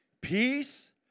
peace